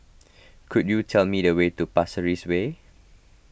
could you tell me the way to Pasir Ris Way